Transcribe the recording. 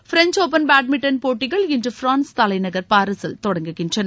French open badminton போட்டிகள் இன்று France தலைநகர் பாரீசில் தொடங்குகின்றன